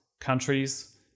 countries